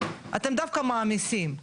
אתם דווקא מעמיסים,